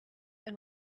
ein